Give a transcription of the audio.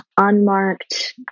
unmarked